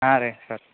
ಹಾಂ ರೀ ಸರ್